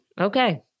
okay